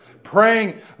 Praying